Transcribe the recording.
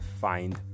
find